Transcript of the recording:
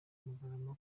bugarama